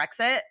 Brexit